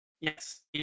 Yes